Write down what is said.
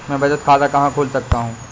मैं बचत खाता कहाँ खोल सकता हूँ?